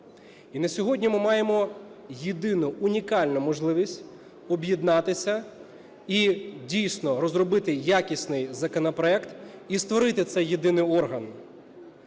І на сьогодні ми маємо єдину, унікальну можливість об'єднатися і, дійсно, розробити якісний законопроект, і створити цей єдиний орган.